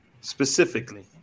specifically